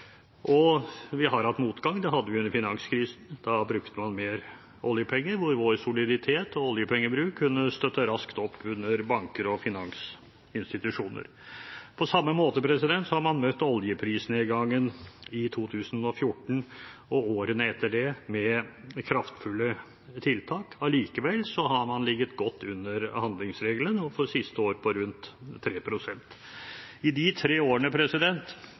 Vi har hatt motgang – det hadde vi under finanskrisen. Da brukte man mer oljepenger, og vår soliditet og vår oljepengebruk kunne støtte raskt opp under banker og finansinstitusjoner. På samme måte har man møtt oljeprisnedgangen i 2014 og årene etter det med kraftfulle tiltak. Allikevel har man ligget godt under handlingsregelen – det siste året på rundt 3 pst. I løpet av de tre årene